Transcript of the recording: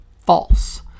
false